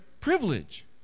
privilege